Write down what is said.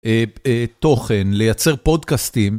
תוכן לייצר פודקאסטים.